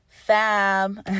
Fab